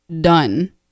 done